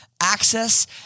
Access